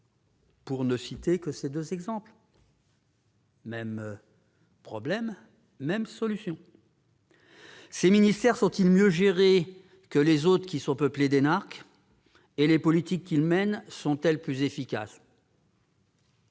pour ne citer que ces deux exemples. Même problème, même solution ! Ces ministères sont-ils mieux gérés que ceux qui sont peuplés d'énarques et les politiques qu'ils mènent sont-elles plus efficaces ?